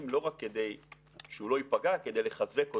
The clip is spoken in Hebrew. לא רק כדי שהוא לא ייפגע כדי לחזק אותו.